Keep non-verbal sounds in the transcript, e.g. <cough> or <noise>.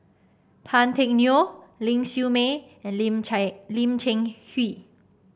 Tan Teck Neo Ling Siew May and Lim <unintelligible> Lim Cheng Hoe